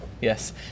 Yes